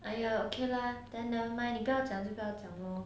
!aiyo! okay lah then never mind 你不要讲就不要讲 lor